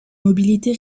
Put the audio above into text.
mobilité